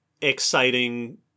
exciting